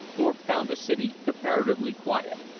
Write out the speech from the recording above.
thorpe found the city comparatively quiet.